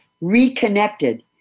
reconnected